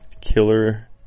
killer